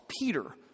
Peter